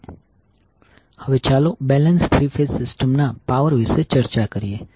હવે ચાલો balance three phase system ના પાવર વિશે ચર્ચા કરીએ